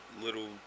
little